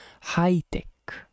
high-tech